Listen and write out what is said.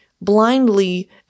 blindly